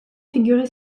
figurer